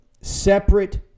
separate